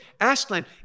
Aslan